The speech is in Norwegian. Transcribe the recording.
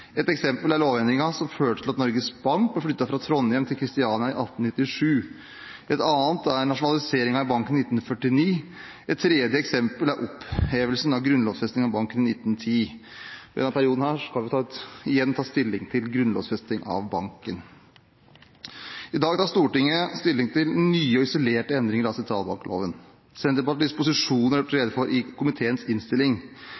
Et eksempel er lovendringen som førte til at Norges Bank ble flyttet fra Trondhjem til Kristiania i 1897. Et annet er nasjonaliseringen av banken i 1949. Et tredje eksempel er opphevelsen av grunnlovfesting av banken i 1910. I denne perioden skal vi igjen ta stilling til grunnlovfesting av banken. I dag tar Stortinget stilling til nye og isolerte endringer av sentralbankloven. Senterpartiets posisjoner er gjort rede for i komiteens innstilling.